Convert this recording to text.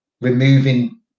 removing